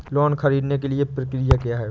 Loan ख़रीदने के लिए प्रक्रिया क्या है?